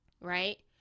right